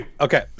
Okay